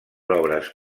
obres